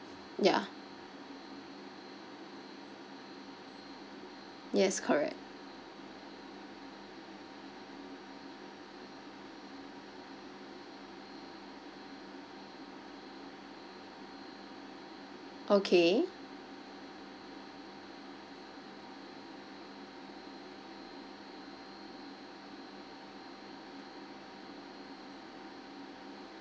ya yes correct okay